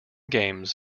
games